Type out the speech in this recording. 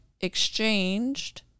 exchanged